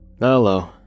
Hello